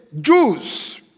Jews